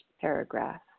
paragraph